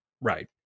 Right